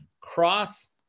cross